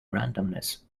randomness